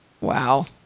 wow